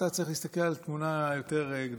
צריך להסתכל על התמונה היותר-גדולה.